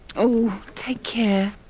oh take care.